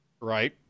right